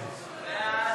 עובד.